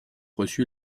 reçu